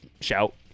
shout